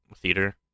theater